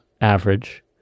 average